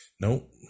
Nope